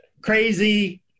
crazy